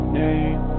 name